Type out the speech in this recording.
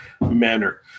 manner